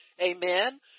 Amen